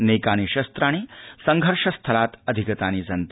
नैकानि शस्राणि संघर्ष स्थलात् अधिगतानि सन्ति